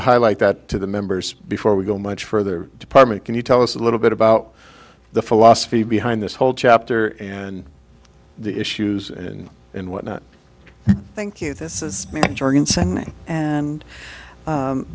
to highlight that to the members before we go much further department can you tell us a little bit about the philosophy behind this whole chapter and the issues and what not thank you this is